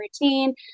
routine